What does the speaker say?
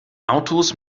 autos